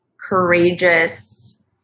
courageous